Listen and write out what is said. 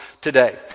today